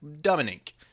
Dominic